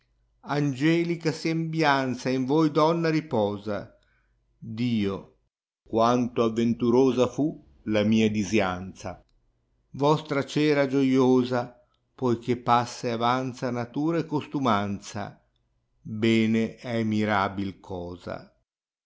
angelica sembianza in toi donna riposa dio quanto avventurosa fu la mia disianza vostra cera gioiosa poiché passa e avanza natura e costumanza bene è mirabil cosa